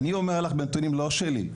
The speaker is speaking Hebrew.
אני אומר לך מנתונים לא שלי,